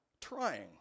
trying